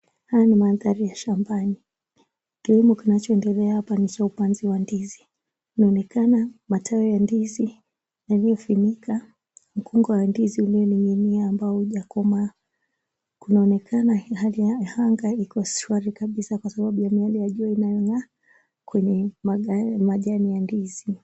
Haya ni mandhari ya shambani. Kilimo kinachoendelea hapa ni cha upanzi wa ndizi inaonekana matawi ya ndizi yaliyofunika mkongo wa ndizi ulioning'inia ambao haujakomaa. Kunaonekana halia ya anga iko shwari kabisa kwa sababu ya miale ya jua inayong'aa kwenye majani ya ndizi.